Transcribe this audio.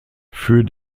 für